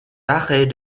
arrêts